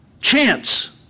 Chance